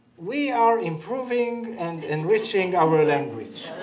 we are improving and enriching our language